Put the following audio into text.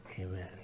Amen